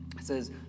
says